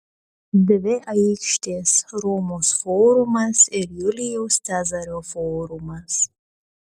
dvi aikštės romos forumas ir julijaus cezario forumas